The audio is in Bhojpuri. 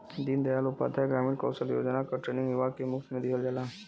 दीन दयाल उपाध्याय ग्रामीण कौशल योजना क ट्रेनिंग युवा के मुफ्त में दिहल जाला